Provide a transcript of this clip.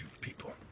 people